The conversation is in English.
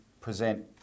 present